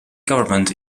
government